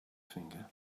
finger